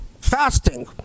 fasting